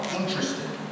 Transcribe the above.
interested